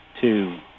two